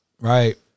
Right